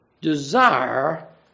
desire